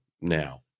now